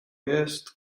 jest